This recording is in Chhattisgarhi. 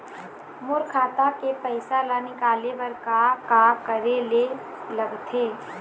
मोर खाता के पैसा ला निकाले बर का का करे ले लगथे?